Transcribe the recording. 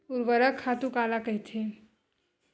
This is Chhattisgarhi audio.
ऊर्वरक खातु काला कहिथे?